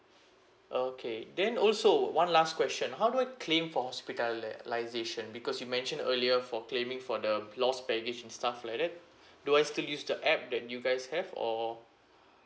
okay then also one last question how do I claim for hospitalisation because you mentioned earlier for claiming for the lost baggage and stuff like that do I still use the app that you guys have or